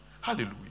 hallelujah